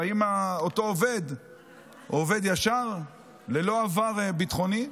אם אותו עובד הוא עובד ישר ללא עבר ביטחוני,